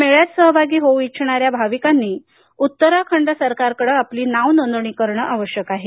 मेळ्यात सहभागी होऊ इच्छिणाऱ्या भाविकांनी उत्तराखंड सरकार कडं आपली नाव नोंदणी करणं आवशयक आहे